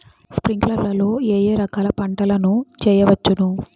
స్ప్రింక్లర్లు లో ఏ ఏ రకాల పంటల ను చేయవచ్చును?